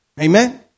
Amen